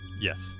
Yes